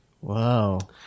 Wow